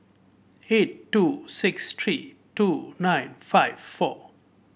eight two six three two nine five four